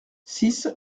six